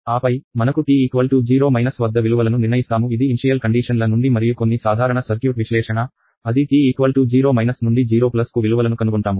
ఆపై మనకు t 0 వద్ద విలువలను నిర్ణయిస్తాము ఇది ఇన్షియల్ కండీషన్ ల నుండి మరియు కొన్ని సాధారణ సర్క్యూట్ విశ్లేషణ అది t 0 నుండి 0 కు విలువలను కనుగొంటాము